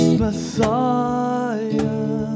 Messiah